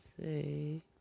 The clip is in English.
say